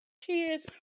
Cheers